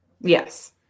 Yes